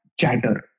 Chatter